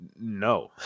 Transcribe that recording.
no